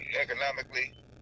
economically